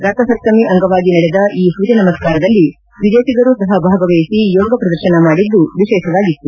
ರಥ ಸಪ್ತಮಿ ಅಂಗವಾಗಿ ನಡೆದ ಈ ಸೂರ್ಯ ನಮಸ್ಕಾರದಲ್ಲಿ ವಿದೇತಿಗರು ಸಹ ಭಾಗವಹಿಸಿ ಯೋಗ ಪ್ರದರ್ಶನ ಮಾಡಿದ್ದು ವಿಶೇಷವಾಗಿತ್ತು